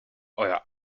euer